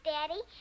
Daddy